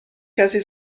کسی